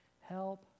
Help